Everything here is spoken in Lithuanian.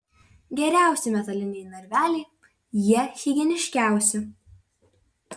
geriausi metaliniai narveliai jie higieniškiausi